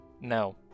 No